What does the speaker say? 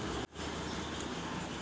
भैया हम पढ़ल न है बढ़िया वाला दबाइ देबे?